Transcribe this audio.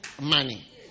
money